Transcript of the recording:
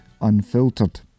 Unfiltered